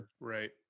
Right